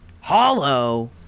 hollow